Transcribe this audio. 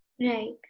Right